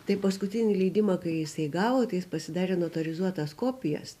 tai paskutinį leidimą kai jisai gavo tai jis pasidarė notarizuotas kopijas